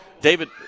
David